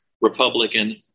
Republican